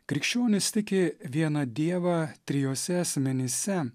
krikščionys tiki vieną dievą trijuose asmenyse